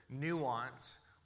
nuance